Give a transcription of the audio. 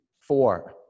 four